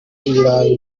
ibirayi